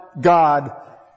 God